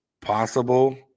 possible